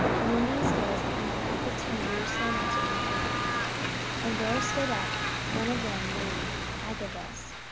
and in these days came prophets from jerusalem unto antioch and there stood up one of them named agabus,